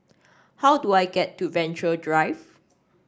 how do I get to Venture Drive